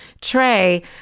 Trey